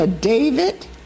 David